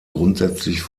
grundsätzlich